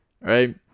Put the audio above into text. right